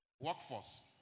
Workforce